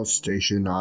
station